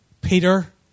Peter